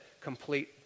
complete